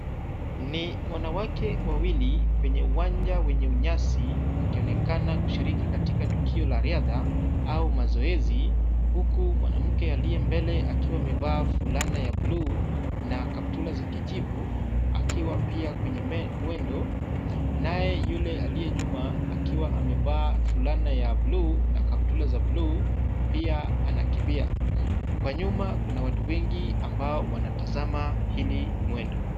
Ni wanawake wawili kwenye uwanja wenye unyasi, wakionekana kushiriki katika tukio la riadha au mazoezi huku mwanamke aliye mbele akiwa amevaa fulana ya bluu na kaptula za kijivu, akiwa pia kwenye mwendo, naye yule aliye nyuma akiwa amevaa fulana ya bluu na kaptula za bluu pia anakimbia. Kwa nyuma kuna watu wengi pia wanatizama hili mwendo.